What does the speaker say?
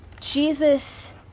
Jesus